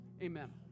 Amen